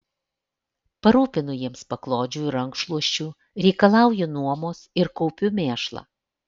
parūpinu jiems paklodžių ir rankšluosčių reikalauju nuomos ir kuopiu mėšlą